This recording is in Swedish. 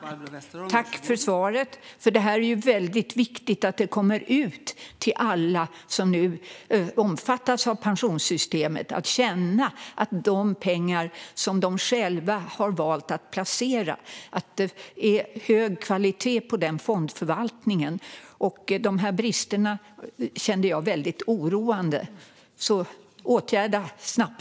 Fru talman! Tack för svaret! Det är väldigt viktigt att detta kommer ut till alla som omfattas av pensionssystemet så att de kan känna att det är hög kvalitet på fondförvaltningen av de pengar som de själva har valt att placera. Bristerna som jag tog upp är väldigt oroande. Därför ber jag er åtgärda dem snabbt.